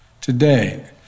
today